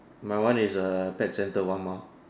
my one is err pet center one mile